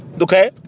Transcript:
okay